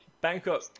Bangkok